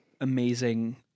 amazing